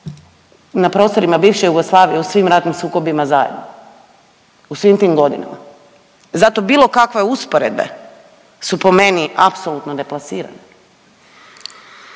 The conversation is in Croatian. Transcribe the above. na prostorima bivše Jugoslavije u svim ratnim sukobima zajedno? U svim tim godinama. Zato bilo kakve usporedbe, su po meni apsolutno deplasirane.